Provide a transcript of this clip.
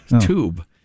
tube